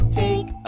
take